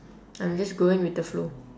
I'm just going with the flow